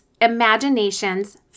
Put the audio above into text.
imaginations